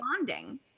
bonding